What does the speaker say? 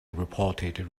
reported